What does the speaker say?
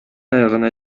аягына